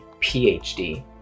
PhD